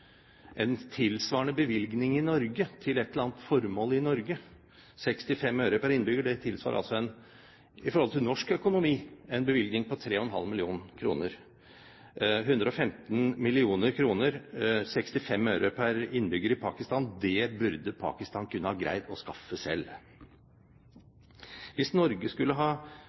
bevilgning i Norge, til et eller annet formål i Norge, altså 65 øre per innbygger, ville i forhold til norsk økonomi tilsvare en bevilgning på 3,5 mill. kr. 115 mill. kr – 65 øre per innbygger i Pakistan – burde Pakistan kunne greid å skaffe selv. Hvis Norge skulle ha